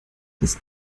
des